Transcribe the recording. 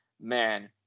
man